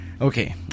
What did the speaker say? Okay